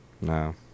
No